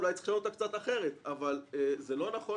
אולי צריך לשנות את התקנה קצת אחרת אבל זה לא נכון